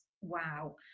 wow